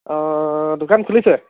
অঁ দোকান খুলিছে